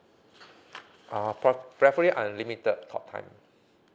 uh prob~ preferably unlimited talk time